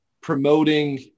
promoting